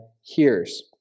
hears